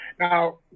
Now